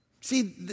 See